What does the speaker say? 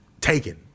taken